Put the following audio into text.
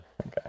okay